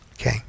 Okay